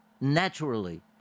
naturally